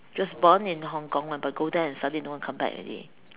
just born in Hong-Kong but go there study don't want come back already